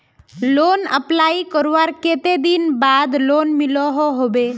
Loan apply करवार कते दिन बाद लोन मिलोहो होबे?